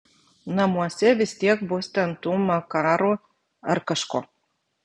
namuose vis tiek bus ten tų makarų ar kažko